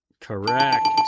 Correct